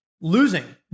losing